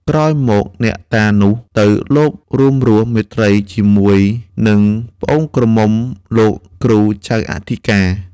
ក្រោយមកអ្នកតានោះ ទៅលបរួមរស់មេត្រីជាមួយនឹងប្អូនក្រមុំលោកគ្រូចៅអធិការ ។